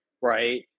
right